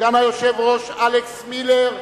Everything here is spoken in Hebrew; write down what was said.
סגן היושב-ראש אלכס מילר,